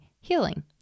healing